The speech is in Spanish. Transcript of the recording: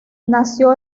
nació